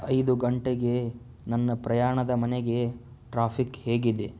ಐದು ಗಂಟೆಗೆ ನನ್ನ ಪ್ರಯಾಣದ ಮನೆಗೆ ಟ್ರಾಫಿಕ್ ಹೇಗಿದೆ